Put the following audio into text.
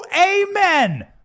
Amen